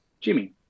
Jimmy